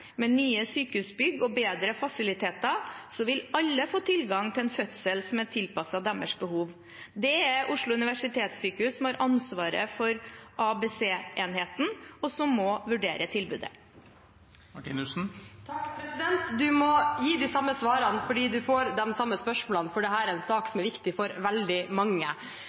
Med nye sykehusbygg og bedre fasiliteter vil alle få tilgang til en fødsel som er tilpasset deres behov. Det er Oslo universitetssykehus som har ansvaret for ABC-enheten, og som må vurdere tilbudet. Du må gi de samme svarene fordi du får de samme spørsmålene, for dette er en sak som er viktig for veldig mange.